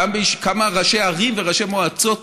כמה ראשי ערים וראשי מועצות